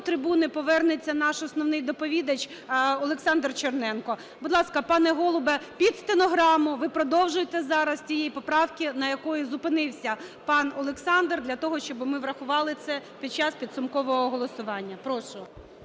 до трибуни повернеться наш основний доповідач Олександр Черненко. Будь ласка, пане Голубе, під стенограму, ви продовжуєте зараз, з тієї поправки, на якій зупинився пан Олександр, для того щоби ми врахували це під час підсумкового голосування.